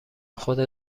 خودت